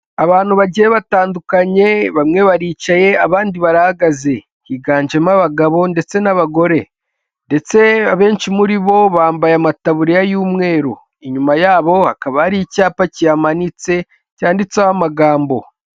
Abantu bagiye batandukanye bamwe baricaye abandi barahagaze. Higanjemo abagabo ndetse n'abagore . Ndetse abenshi muri bo bambaye amataburiya y'umweru, inyuma yabo hakaba hari icyapa kihamanitse cyanditseho amagambo.